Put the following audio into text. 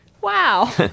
wow